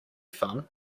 fun